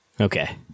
Okay